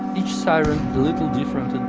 each siren a little different in